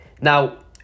Now